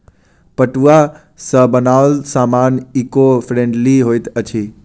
पटुआ सॅ बनाओल सामान ईको फ्रेंडली होइत अछि